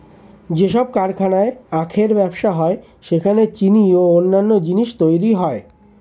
যেসব কারখানায় আখের ব্যবসা হয় সেখানে চিনি ও অন্যান্য জিনিস তৈরি হয়